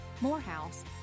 Morehouse